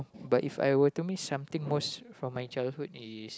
but If I were to miss something most from my childhood is